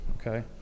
okay